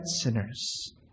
sinners